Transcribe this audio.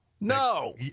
No